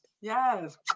Yes